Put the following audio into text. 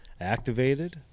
activated